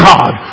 God